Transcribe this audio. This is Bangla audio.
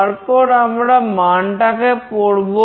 তারপর আমরা মানটাকে পড়বো